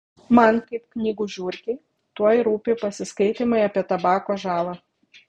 man kaip knygų žiurkei tuoj rūpi pasiskaitymai apie tabako žalą